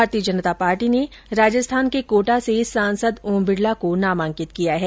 भारतीय जनता पार्टी ने राजस्थान के कोटा से सांसद ओम बिड़ला को नामांकित किया है